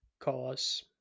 cause